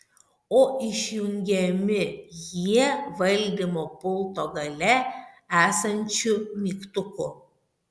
o išjungiami jie valdymo pulto gale esančiu mygtuku